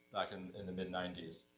back and in the mid-nineties.